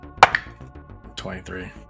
23